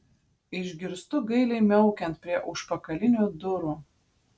išgirstu gailiai miaukiant prie užpakalinių durų